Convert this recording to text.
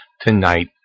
Tonight